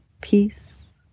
Peace